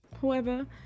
whoever